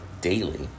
daily